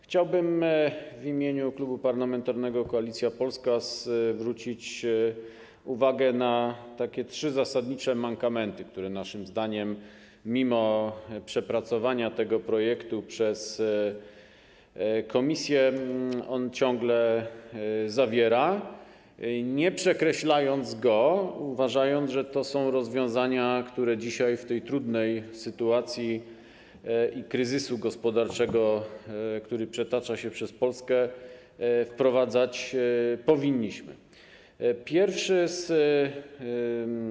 Chciałbym w imieniu Klubu Parlamentarnego Koalicja Polska zwrócić uwagę na takie trzy zasadnicze mankamenty, które naszym zdaniem ten projekt mimo przepracowania go przez komisję ciągle zawiera, nie przekreślając go, uważając, że to są rozwiązania, które dzisiaj, w tej trudnej sytuacji kryzysu gospodarczego, który przetacza się przez Polskę, powinniśmy wprowadzać.